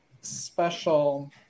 special